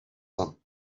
son